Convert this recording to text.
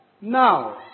Now